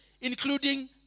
including